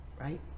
Right